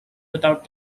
without